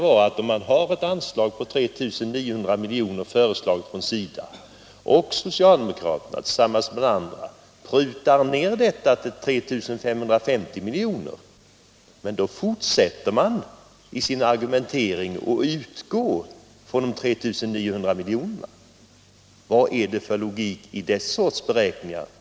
SIDA har föreslagit ett anslag på 3 900 milj.kr. och socialdemokraterna tillsammans med andra vill pruta ned detta till 3 550 milj.kr. Men ändå fortsätter man i sin argumentering att utgå från de 3 900 miljonerna. Det jag frågade var: Vad är det för logik i den sortens beräkningar?